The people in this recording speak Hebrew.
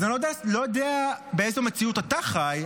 אז אני לא יודע באיזו מציאות אתה חי.